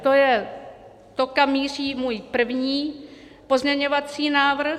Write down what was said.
To je to, kam míří můj první pozměňovací návrh.